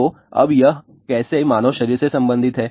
तो अब यह कैसे मानव शरीर से संबंधित है